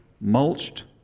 mulched